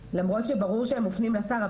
למרות שברור שהם מופנים לשר,